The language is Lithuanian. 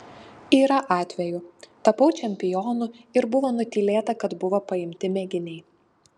yra atvejų tapau čempionu ir buvo nutylėta kad buvo paimti mėginiai